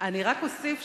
אני רק אוסיף,